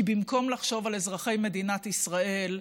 כי במקום לחשוב על אזרחי מדינת ישראל,